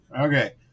Okay